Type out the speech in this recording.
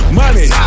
money